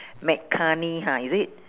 mccartney ha is it